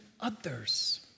others